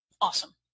Awesome